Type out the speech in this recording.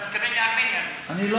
אתה מתכוון לארמניה, אני מבין.